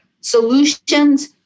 solutions